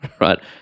right